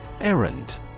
Errand